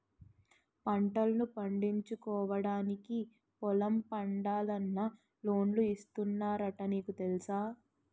పంటల్ను పండించుకోవడానికి పొలం పండాలన్నా లోన్లు ఇస్తున్నారట నీకు తెలుసా?